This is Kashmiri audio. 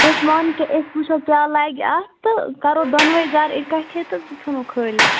أسۍ وَن کہِ أسۍ وٕچھو کیٛاہ لَگہِ اَتھ تہٕ کَرو دوٚنوَے گَرٕ اِکَٹھے تہٕ ژٕھنو کھٲلِتھ